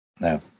No